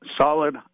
solid